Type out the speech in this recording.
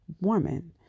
woman